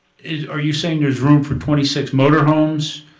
are you saying there's room for twenty six motor homes,